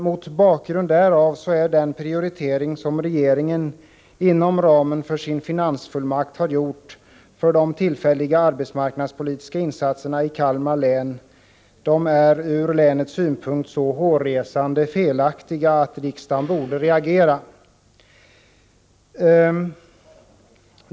Mot bakgrund därav är den prioritering som regeringen inom ramen för sin finansfullmakt gjort för de tillfälliga arbetsmarknadspolitiska insatserna i Kalmar län från länets synpunkt så hårresande felaktiga att riksdagen borde reagera.